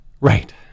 Right